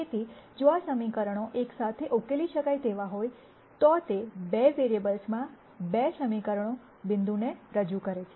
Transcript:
તેથી જો આ સમીકરણો એકસાથે ઉકેલી શકાય તેવા હોય તો તે 2 વેરીએબલ્સમાં 2 સમીકરણો બિંદુને રજૂ કરે છે